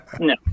no